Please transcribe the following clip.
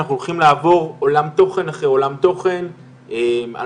אנחנו הולכים לעולם תוכן אחרי עולם תוכן על